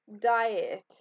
diet